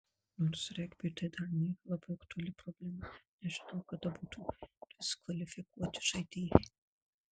nors regbiui tai dar nėra labai aktuali problema nežinau kad būtų diskvalifikuoti žaidėjai